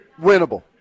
winnable